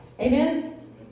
Amen